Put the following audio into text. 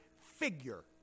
figure